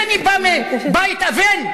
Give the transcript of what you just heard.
כאשר אני בא מבית אבל,